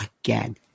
Again